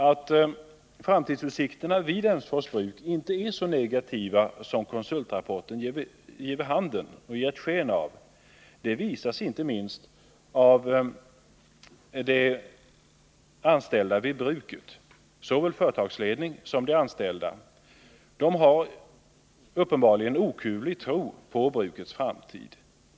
Att framtidsutsikterna vid Emsfors bruk inte är så negativa som konsultrapporten givit sken av visas av såväl företagsledningen som de anställda vid bruket. De har uppenbarligen en okuvlig tro på brukets framtid.